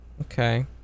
Okay